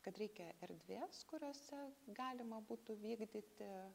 kad reikia erdvės kuriose galima būtų vykdyti